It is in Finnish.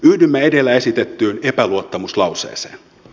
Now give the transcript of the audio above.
yhdymme edellä esitettyyn epäluottamuslauseeseen